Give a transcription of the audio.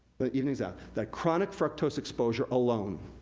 but evening is out, that chronic fructose exposure alone,